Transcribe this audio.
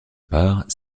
part